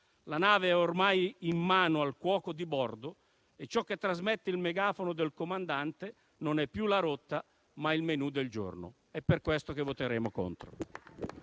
la nave è ormai in mano al cuoco di bordo e ciò che trasmette il megafono del comandante non è più la rotta, ma il menu del giorno. Per questo voteremo contro